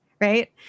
right